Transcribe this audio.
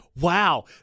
wow